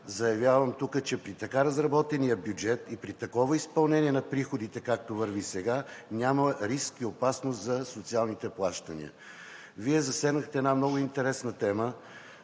заявявам тук, че при така разработения бюджет и при такова изпълнение на приходите, както върви сега, няма риск и опасност за социалните плащания. Вие засегнахте една много интересна тема,